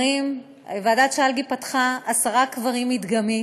ועדת שלגי פתחה עשרה קברים, מדגמי,